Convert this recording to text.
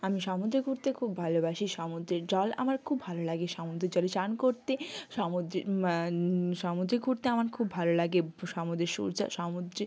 আমি সমুদ্রে ঘুরতে খুব ভালোবাসি সমুদ্রের জল আমার খুব ভালো লাগে সমুদ্রের জলে চান করতে সমুদ্রে সমুদ্রে ঘুরতে আমার খুব ভালো লাগে সমুদ্রের সূর্যা সমুদ্রে